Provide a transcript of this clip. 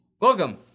Welcome